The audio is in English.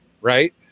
right